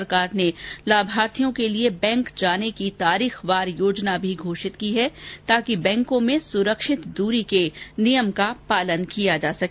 सरकार ने लाभार्थियों के लिए बैंक जाने की तारीखवार योजना भी घोषित की है ताकि बैंकों में सुरक्षित दूरी के नियम का पालन किया जा सके